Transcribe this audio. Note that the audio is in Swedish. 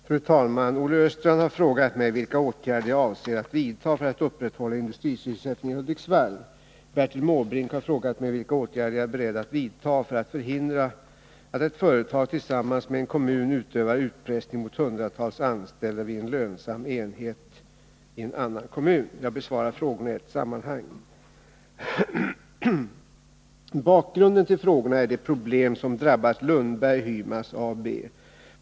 Fru talman! Olle Östrand har frågat mig vilka åtgärder jag avser att vidta för att upprätthålla industrisysselsättningen i Hudiksvall. Bertil Måbrink har frågat mig vilka åtgärder jag är beredd att vidtaga för att förhindra att ett företag tillsammans med en kommun utövar utpressning mot hundratals anställda vid en lönsam enhet i en annan kommun. Jag besvarar frågorna i ett sammanhang. Bakgrunden till frågorna är de problem som drabbat Lundberg Hymas AB.